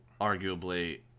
arguably